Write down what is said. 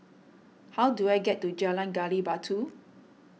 how do I get to Jalan Gali Batu